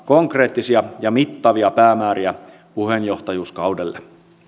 konkreettisia ja mittavia päämääriä puheenjohtajuuskaudelle